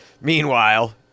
meanwhile